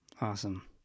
Awesome